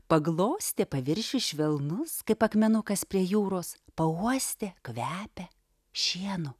paglostė paviršius švelnus kaip akmenukas prie jūros pauostė kvepia šienu